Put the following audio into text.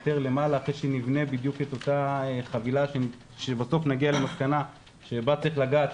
למעלה אחרי שנבנה את אותה חבילה שבסוף נגיע למסקנה שבה צריך לגעת,